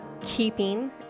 keeping